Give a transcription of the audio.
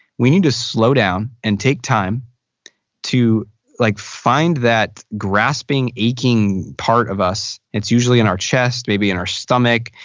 we need to slow down and take time to like find that grasping, aching part of us. and it's usually in our chest, maybe in our stomach,